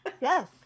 Yes